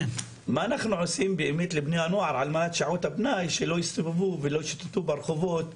מה אנחנו עושים לבני הנוער בשעות הפנאי שלא יסתובבו ולא ישוטטו ברחובות?